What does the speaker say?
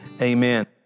Amen